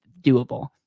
doable